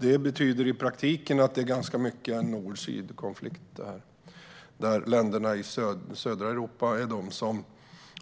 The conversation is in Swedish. Detta betyder i praktiken att det ganska mycket är en nord-syd-konflikt, där länderna i södra Europa är de som,